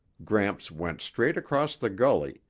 gramps went straight across the gully,